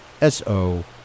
S-O